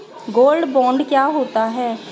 Gold bond क्या होता है?